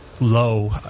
low